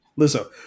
Lizzo